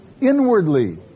inwardly